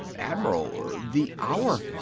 admiral. the hour!